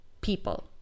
people